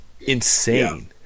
insane